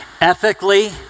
ethically